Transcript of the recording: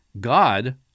god